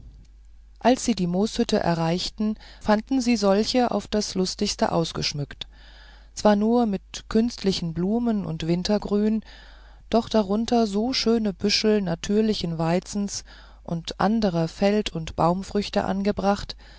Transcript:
als sie die mooshütte erreichten fanden sie solche auf das lustigste ausgeschmückt zwar nur mit künstlichen blumen und wintergrün doch darunter so schöne büschel natürlichen weizens und anderer feld und baumfrüchte angebracht